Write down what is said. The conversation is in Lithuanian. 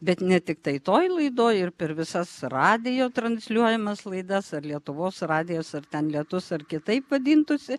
bet ne tiktai toj laidoj ir per visas radijo transliuojamas laidas ar lietuvos radijas ar ten lietus ar kitaip vadintųsi